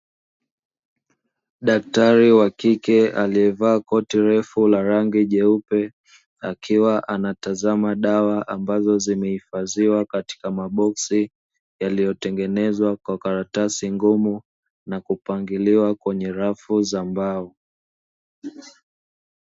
Daktari wa kike aliyevaa koti refu la rangi nyeupe akiwa anatazama dawa ambazo zimehifadhiwa katika maboksi, yaliyotengenezwa kwa karatasi ngumu na kupangiliwa kwenye rafu za mbao.